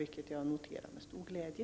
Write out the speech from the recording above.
Det noterar jag med stor glädje.